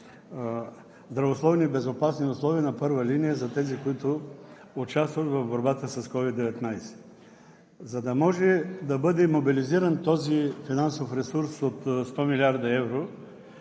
здравословни и безопасни условия на първа линия за тези, които участват в борбата с COVID 19. За да може да бъде мобилизиран този финансов ресурс от 100 млрд. евро,